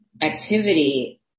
activity